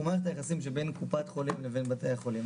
הוא מערכת היחסים שבין קופת חולים לבין בתי החולים.